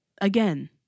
Again